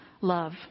love